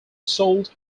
sold